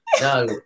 No